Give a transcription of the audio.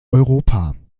europa